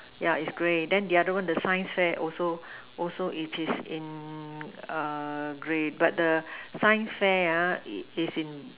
yeah is grey then the other one the science fair also also it is in err grey but the science fair ah is in